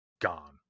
gone